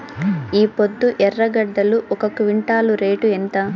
ఈపొద్దు ఎర్రగడ్డలు ఒక క్వింటాలు రేటు ఎంత?